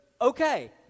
okay